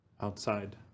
outside